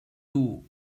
duo